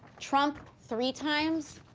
trump three times,